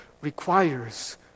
requires